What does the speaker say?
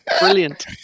Brilliant